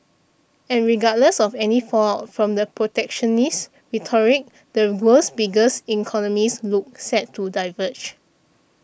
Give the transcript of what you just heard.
and regardless of any fallout from the protectionist rhetoric the world's biggest economies look set to diverge